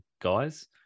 guys